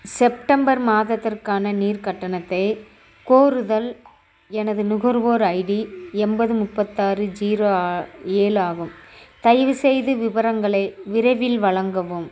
September மாதத்திற்கான நீர் கட்டணத்தை கோருதல் எனது நுகர்வோர் ஐடி எண்பது முப்பத்தாறு ஜீரோ ஆ ஏழு ஆகும் தயவுசெய்து விவரங்களை விரைவில் வழங்கவும்